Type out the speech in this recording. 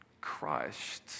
crushed